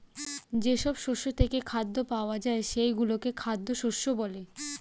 যেসব শস্য থেকে খাদ্য পাওয়া যায় সেগুলোকে খাদ্য শস্য বলে